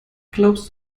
glaubst